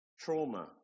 Trauma